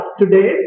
today